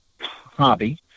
hobby